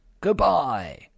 Goodbye